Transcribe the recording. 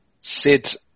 Sid